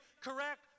correct